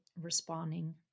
responding